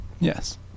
Yes